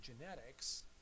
genetics